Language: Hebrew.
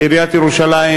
עיריית ירושלים,